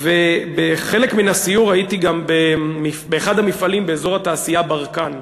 בחלק מן הסיור הייתי גם באחד המפעלים באזור התעשייה ברקן,